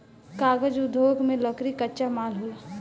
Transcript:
कागज़ उद्योग में लकड़ी कच्चा माल होला